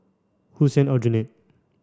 Hussein Aljunied